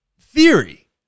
theory